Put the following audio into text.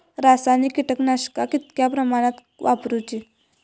रासायनिक कीटकनाशका कितक्या प्रमाणात वापरूची?